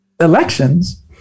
elections